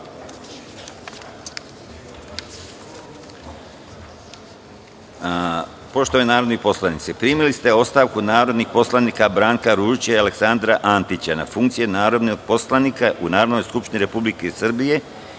narodni poslanici, primili ste ostavku narodnih poslanika Branka Ružića i Aleksandra Antića na funkciju narodnog poslanika u Narodnoj skupštini Republike Srbije